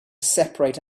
separate